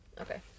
Okay